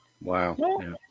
wow